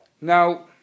Now